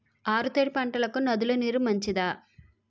ఆరు తడి పంటలకు నదుల నీరు మంచిదా?